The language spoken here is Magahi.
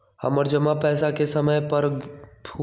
हमर जमा पैसा के समय पुर गेल के बाद पैसा अपने खाता पर आ जाले?